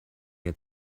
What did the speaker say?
had